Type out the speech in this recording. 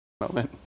moment